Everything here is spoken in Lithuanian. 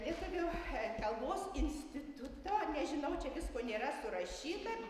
lietuvių kalbos instituto nežinau čia visko nėra surašyta